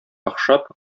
охшап